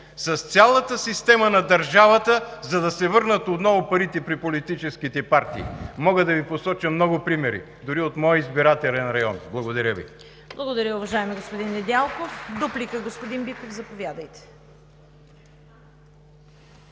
с цялата система на държавата, за да се върнат отново парите при политическите партии? Мога да Ви посоча много примери дори от моя избирателен район. Благодаря Ви. ПРЕДСЕДАТЕЛ ЦВЕТА КАРАЯНЧЕВА: Благодаря, уважаеми господин Недялков. Дуплика – господин Биков, заповядайте.